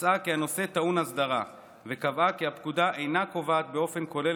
מצאה כי הנושא טעון הסדרה וקבעה כי הפקודה אינה קובעת באופן כולל